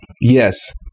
yes